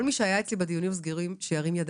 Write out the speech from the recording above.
כל מי שהיה אצלי בדיונים הסגורים, שירים יד.